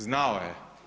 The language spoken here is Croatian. Znao je.